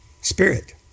Spirit